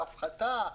על הפחתה,